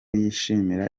yishimira